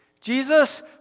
Jesus